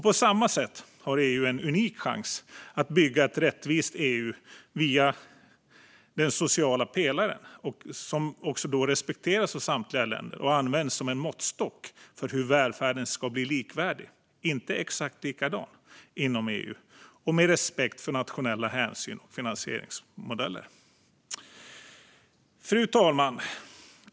På samma sätt har EU en unik chans att bygga ett rättvist EU genom att den sociala pelaren respekteras av samtliga EU-länder och används som en måttstock för hur välfärden ska bli likvärdig, inte exakt likadan, inom EU, med respekt för nationella hänsyn och finansieringsmodeller. Fru talman!